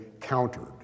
countered